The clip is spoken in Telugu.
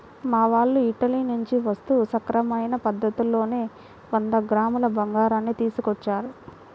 మా వాళ్ళు ఇటలీ నుంచి వస్తూ సక్రమమైన పద్ధతిలోనే వంద గ్రాముల బంగారాన్ని తీసుకొచ్చారు